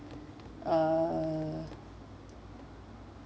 uh